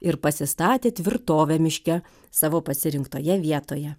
ir pasistatė tvirtovę miške savo pasirinktoje vietoje